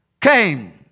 came